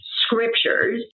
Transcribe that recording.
scriptures